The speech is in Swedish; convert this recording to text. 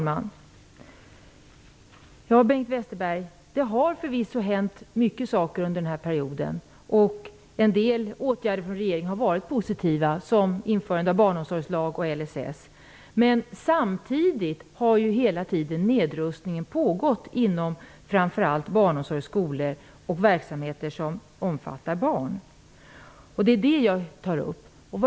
Fru talman! Det har förvisso hänt mycket under denna period, Bengt Westerberg. En del åtgärder från regeringen har varit positiva, som införandet av barnomsorgslag och LSS. Men samtidigt har nedrustningen hela tiden pågått inom framför allt barnomsorg, skolor och verksamheter som omfattar barn. Det är det som jag tar upp.